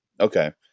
okay